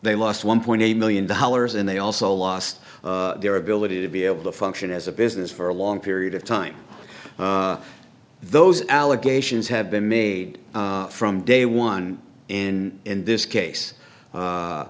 they lost one point eight million dollars and they also lost their ability to be able to function as a business for a long period of time those allegations have been made from day one and in this case